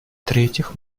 третьих